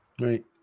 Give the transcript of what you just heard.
right